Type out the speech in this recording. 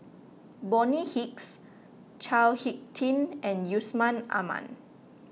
Bonny Hicks Chao Hick Tin and Yusman Aman